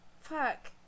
fuck